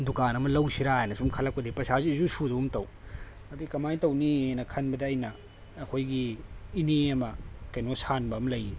ꯗꯨꯀꯥꯟ ꯑꯃ ꯂꯧꯁꯤꯔꯥ ꯍꯥꯏꯅ ꯁꯨꯝ ꯈꯜꯂꯛꯄꯗꯒꯤ ꯄꯩꯁꯥꯁꯦ ꯏꯁꯨ ꯁꯨꯗꯒꯨꯝ ꯇꯧ ꯑꯗꯨꯗꯩ ꯀꯃꯥꯏꯅ ꯇꯧꯅꯤꯅ ꯈꯟꯕꯗ ꯑꯩꯅ ꯑꯩꯈꯣꯏꯒꯤ ꯏꯅꯦ ꯑꯃ ꯀꯩꯅꯣ ꯁꯥꯟꯕ ꯑꯃ ꯂꯩꯑꯦ